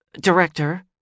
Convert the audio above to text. Director